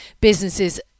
businesses